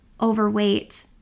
overweight